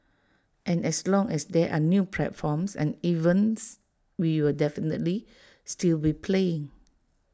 and as long as there are new platforms and events we will definitely still be playing